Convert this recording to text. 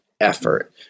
effort